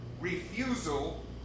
refusal